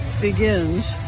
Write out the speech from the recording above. begins